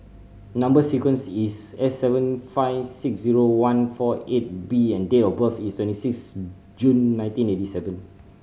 number sequence is S seven five six zero one four eight B and date of birth is twenty six June nineteen eighty seven